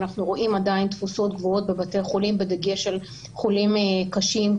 אנחנו רואים עדיין תפוסות גבוהות בבתי החולים בדגש על חולים קשים,